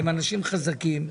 הם אנשים חזקים,